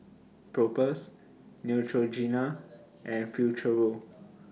Propass Neutrogena and Futuro